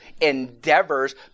endeavors